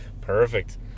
Perfect